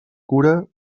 cura